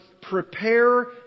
prepare